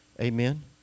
Amen